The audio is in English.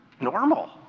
normal